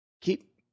keep